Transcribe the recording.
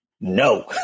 no